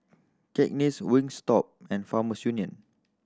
Cakenis Wingstop and Farmers Union